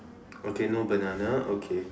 okay no banana okay